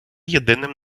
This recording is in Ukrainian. єдиним